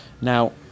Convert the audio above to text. Now